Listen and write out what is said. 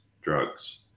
drugs